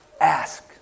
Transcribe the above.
ask